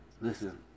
Listen